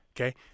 Okay